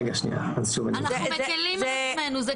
אנחנו מקלים על עצמנו.